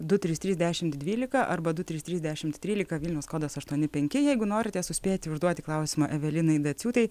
du trys trys dešimt dvylika arba du trys trys dešimt trylika vilnius kodas aštuoni penki jeigu norite suspėti užduoti klausimą evelinai daciūtei